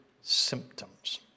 symptoms